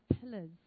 pillars